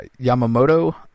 Yamamoto